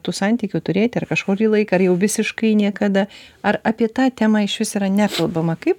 tų santykių turėti ar kažkurį laiką ar jau visiškai niekada ar apie tą temą išvis yra nekalbama kaip